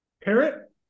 Parrot